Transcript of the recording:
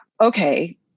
Okay